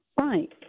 Right